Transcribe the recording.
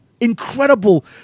incredible